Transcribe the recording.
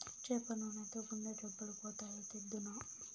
చేప నూనెతో గుండె జబ్బులు పోతాయి, తెద్దునా